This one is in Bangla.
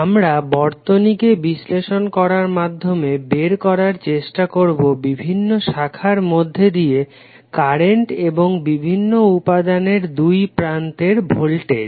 আমরা বর্তনীকে বিশ্লেষণ করার মাধ্যমে বের করার চেষ্টা করবো বিভিন্ন শাখার মধ্যে দিয়ে কারেন্ট এবং বিভিন্ন উপাদানের দুই প্রান্তের ভোল্টেজ